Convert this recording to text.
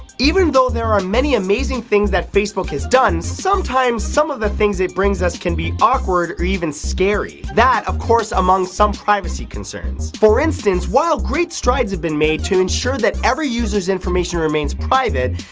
even though there are many amazing things that facebook has done, sometimes some of the things it brings us can be awkward or even scary. that, of course, among some privacy concerns. for instance, while great strides have been made to ensure that every user's information remains private,